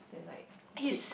then like keep